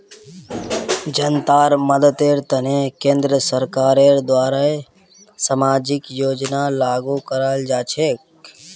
जनतार मददेर तने केंद्र सरकारेर द्वारे सामाजिक योजना लागू कराल जा छेक